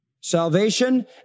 Salvation